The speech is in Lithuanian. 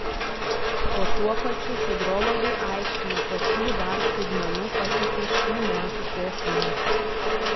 o tuo pačiu hidrologai aiškina kokių dar staigmenų pateikė šių metų potvynis